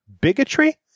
Bigotry